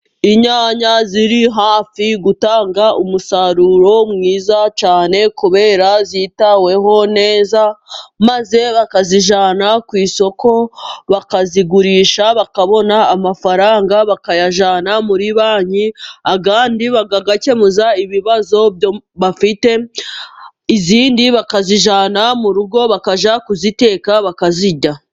Inyanya ziri hafi gutanga umusaruro mwiza cyane kuberako zitaweho neza, maze bakazijyana ku isoko bakazigurisha bakabona amafaranga bakayajyana muri banki ,andi bakayakemuza ibibazo bafite, izindi bakazijyana mu rugo bakajya kuziteka bakazirya.